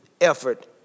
effort